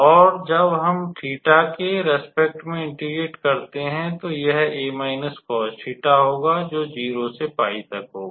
और जब हम 𝜃 के प्रति इंटेग्रेट करते हैं तो यह होगा जो 0 से 𝜋 तक होगा